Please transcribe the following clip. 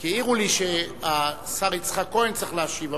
כי העירו לי שהשר יצחק כהן צריך להשיב.